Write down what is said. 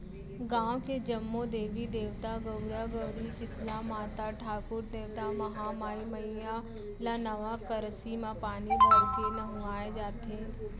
गाँव के जम्मो देवी देवता, गउरा गउरी, सीतला माता, ठाकुर देवता, महामाई मईया ल नवा करसी म पानी भरके नहुवाए जाथे